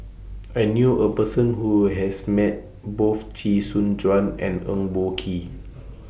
I knew A Person Who has Met Both Chee Soon Juan and Eng Boh Kee